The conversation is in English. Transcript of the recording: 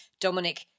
Dominic